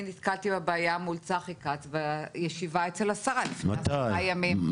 אני נתקלתי בבעיה מול צחי כץ בישיבה אצל השרה לפני עשרה ימים.